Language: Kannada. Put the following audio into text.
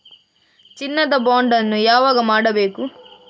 ಚಿನ್ನ ದ ಬಾಂಡ್ ಅನ್ನು ಯಾವಾಗ ಮಾಡಬೇಕು?